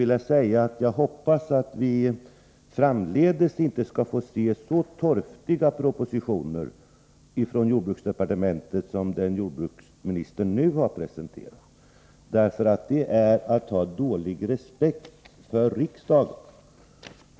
vilja säga att jag hoppas, att vi framdeles inte skall behöva få se så torftiga propositioner från jordbruksdepartementet som den jordbruksministern nu har presenterat, för det är att ha dålig respekt för riksdagen.